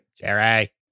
Jerry